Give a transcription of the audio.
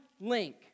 link